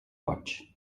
goig